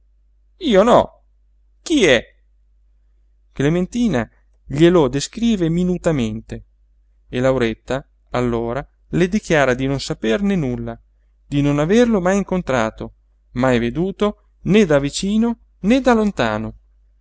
io no chi è clementina glielo descrive minutamente e lauretta allora le dichiara di non saperne nulla di non averlo mai incontrato mai veduto né da vicino né da lontano